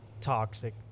toxic